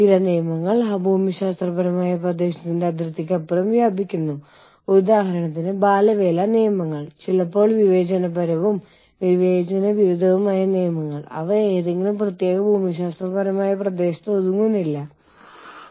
ഒരേസമയം പ്രാദേശിക പ്രശ്നങ്ങളോടും ആവശ്യകതകളോടും പ്രതികരിക്കുമ്പോൾ തന്നെ ആഗോളതലത്തിൽ മത്സരിക്കുന്നതിനുള്ള പുതിയ ആവശ്യകതകളോടെ കോർ എച്ച്ആർ പ്രക്രിയകളും പ്രവർത്തനങ്ങളും ക്രമീകരിക്കുക